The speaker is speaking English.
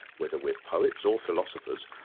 whether we're poets or philosophers,